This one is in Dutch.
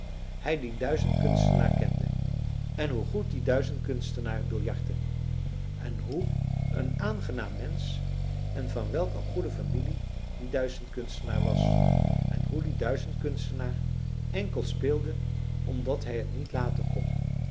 hij dien duizendkunstenaar kende en hoe goed die duizendkunstenaar biljartte en hoe n aangenaam mensch en van welk een goede familie die duizendkunstenaar was en hoe die duizendkunstenaar enkel speelde omdat hij t niet laten kon